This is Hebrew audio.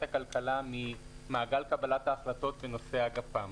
הכלכלה ממעגל קבלת ההחלטות בנושא הגפ"מ.